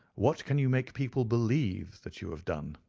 what can you make people believe that you have done.